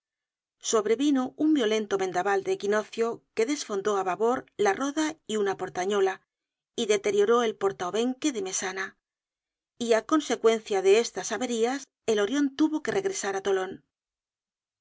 sobrevino un violento vendabal de equinoccio que desfondó á babor la roda y una portañola y deterioró el porta obenque de mesana y á consecuencia de estas averías el orion tuvo que regresar á tolon